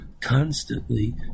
constantly